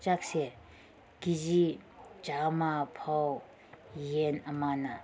ꯆꯥꯛꯁꯦ K G ꯆꯥꯝꯃꯐꯥꯎ ꯌꯦꯟ ꯑꯃꯅ